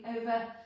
over